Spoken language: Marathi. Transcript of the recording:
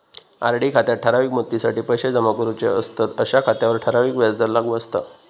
आर.डी खात्यात ठराविक मुदतीसाठी पैशे जमा करूचे असतंत अशा खात्यांवर ठराविक व्याजदर लागू असता